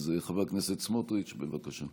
חבר הכנסת סמוטריץ', בבקשה.